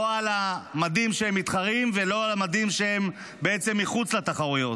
לא על המדים כשהם מתחרים ולא על המדים כשהם מחוץ לתחרויות.